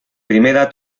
primera